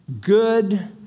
good